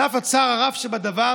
על אף הצער הרב שבדבר,